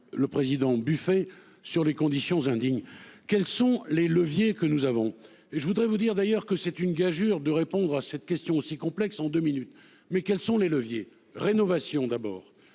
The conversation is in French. Le Président Buffet sur les conditions indignes. Quels sont les leviers que nous avons et je voudrais vous dire d'ailleurs que c'est une gageure de répondre à cette question aussi complexe en 2 minutes. Mais quels sont les leviers rénovation d'abord